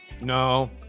No